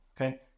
okay